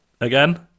again